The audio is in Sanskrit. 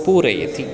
पूरयति